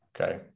Okay